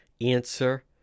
answer